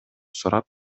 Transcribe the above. сурап